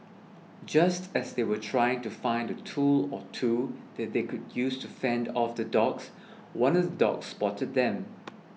just as they were trying to find a tool or two that they could use to fend off the dogs one of the dogs spot them